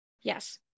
Yes